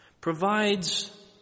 provides